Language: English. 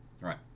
right